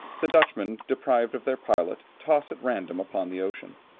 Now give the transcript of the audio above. the dutchmen, deprived of their pilot, toss at random upon the ocean.